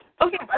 Okay